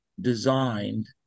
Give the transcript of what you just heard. designed